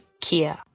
Kia